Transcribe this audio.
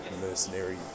mercenary